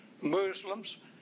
Muslims